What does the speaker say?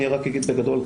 אני רק אגיד בגדול,